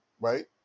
right